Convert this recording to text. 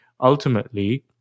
ultimately